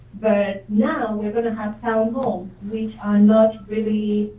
but now, we're gonna have townhomes which are not really